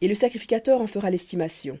et le sacrificateur en fera l'estimation